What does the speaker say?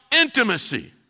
intimacy